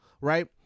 right